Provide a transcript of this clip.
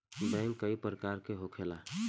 bank कई प्रकार के होखेला